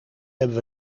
hebben